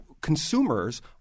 Consumers